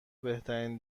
بهترین